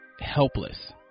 helpless